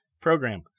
program